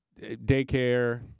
daycare